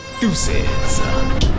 Deuces